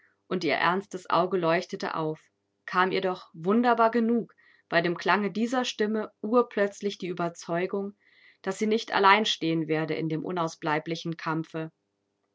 und ihr ernstes auge leuchtete auf kam ihr doch wunderbar genug bei dem klange dieser stimme urplötzlich die ueberzeugung daß sie nicht allein stehen werde in dem unausbleiblichen kampfe